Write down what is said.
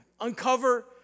Uncover